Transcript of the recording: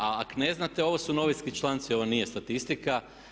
A ako ne znate ovo su novinski članci, ovo nije statistika.